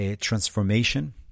transformation